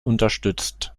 unterstützt